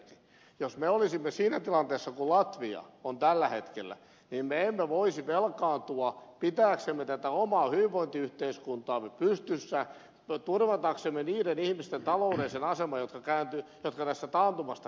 jos me olisimme siinä tilanteessa kuin latvia on tällä hetkellä niin me emme voisi velkaantua pitääksemme tätä omaa hyvinvointiyhteiskuntaamme pystyssä turvataksemme niiden ihmisten taloudellisen aseman jotka tästä taantumasta kärsivät